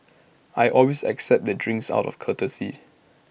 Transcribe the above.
I always accept the drinks out of courtesy